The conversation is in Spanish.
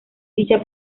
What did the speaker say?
dicha